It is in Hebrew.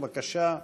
בבקשה,